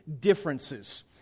differences